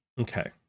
Okay